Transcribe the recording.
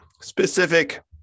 specific